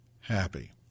happy